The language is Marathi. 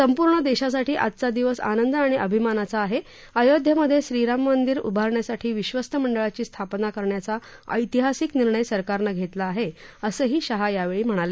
संपूर्ण देशासाठी आजचा दिवस आनंद आणि अभिमानाचा आहे अयोध्येमधे श्रीराममंदिर उभारण्यासाठी विश्वस्त मंडळाची स्थापना करण्याचा ऐतिहासिक निर्णय सरकारनं घेतला आहे असंही शहा यावेळी म्हणाले